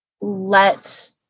let